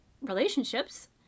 relationships